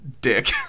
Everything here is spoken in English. dick